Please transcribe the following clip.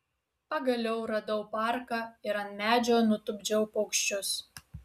pagaliau radau parką ir ant medžio nutupdžiau paukščius